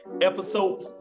Episode